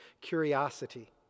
curiosity